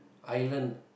island